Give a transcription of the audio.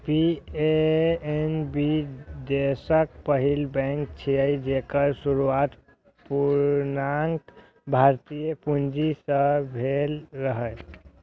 PNB देशक पहिल bank छियै, जेकर शुरुआत पूर्णतः भारतीय पूंजी सं भेल रहै